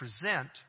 present